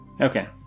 Okay